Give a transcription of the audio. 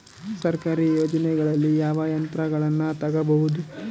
ಸರ್ಕಾರಿ ಯೋಜನೆಗಳಲ್ಲಿ ಯಾವ ಯಂತ್ರಗಳನ್ನ ತಗಬಹುದು?